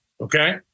Okay